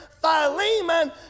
Philemon